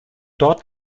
dort